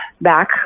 back